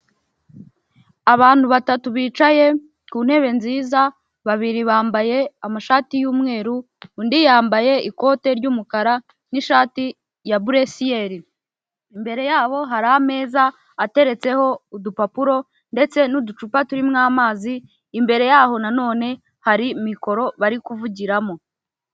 Abantu batatu bicaye ku ntebe nziza, babiri bambaye amashati y'mweru undi yambaye ikote ry'umukara n'ishati ya buresiyeri, imbere yabo hari ameza ateretseho udupapuro ndetse n'uducupa turimo amazi, imbere yaho na none hari mikoro bari kuvugiramo.